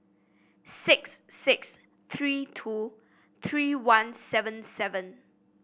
six six three two three one seven seven